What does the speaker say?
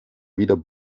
wieder